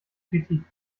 kritik